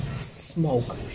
smoke